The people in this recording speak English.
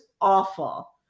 awful